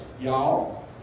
Y'all